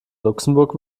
luxemburg